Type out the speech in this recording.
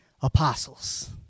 apostles